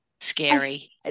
scary